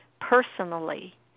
personally